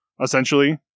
essentially